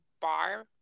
bar